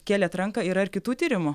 kėlėt ranką yra ir kitų tyrimų